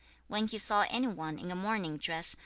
when he saw any one in a mourning dress,